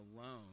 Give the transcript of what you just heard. alone